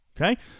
okay